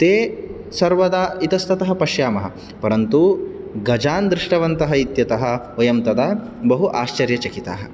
ते सर्वदा इतस्ततः पश्यामः परन्तु गजान् दृष्टवन्तः इत्यतः वयं तदा बहु आश्चर्यचकिताः